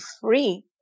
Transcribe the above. free